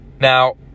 Now